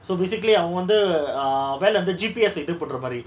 so basically அவவந்து:avavanthu ah வேல அந்த:vela antha G_P_S ah இதுபன்ர மாரி:ithupanra mari